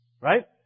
Right